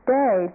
day